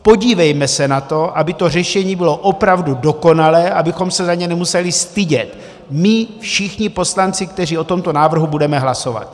Podívejme se na to, aby to řešení bylo opravdu dokonalé, abychom se za něj nemuseli stydět my všichni poslanci, kteří o tomto návrhu budeme hlasovat.